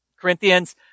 Corinthians